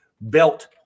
belt